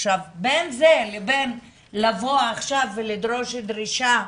עכשיו, בין זה לבין לבוא עכשיו ולדרוש דרישה,